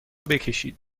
بکشید